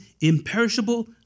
imperishable